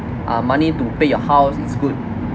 ah money to pay your house it's good